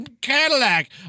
Cadillac